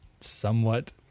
somewhat